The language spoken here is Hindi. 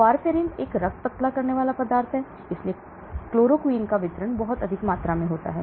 वारफेरिन एक रक्त पतला करने वाला पदार्थ है इसलिए क्लोरोक्वीन का वितरण बहुत अधिक मात्रा में होता है